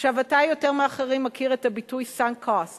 עכשיו, אתה יותר מאחרים מכיר את הביטוי sunk cost